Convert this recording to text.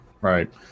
Right